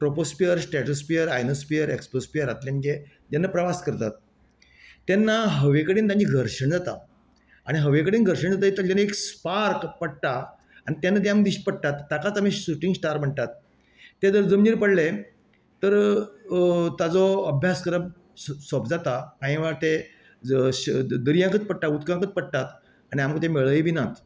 प्रोपोस्पियर stratosphere ionosphere एस्क्सोसस्पियरांतल्यान जे जेन्ना प्रवास करतात तेन्ना हवे कडेन तांचें घर्शण जाता आनी हवे कडेन घर्शण जातगीर तांचें एक स्पार्क पडटा आनी तेन्ना तें आमकां दिश्टी पडटात ताकाच आमी शुटिंग स्टार म्हणटात तें जर जमनीर पडलें तर ताजो अभ्यास करप स सोंपें जाता कांय वेळार ते जर दर्यांक पडटा उदकाकूत पडटात आनी आमकां तें मेळय बी नात